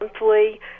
monthly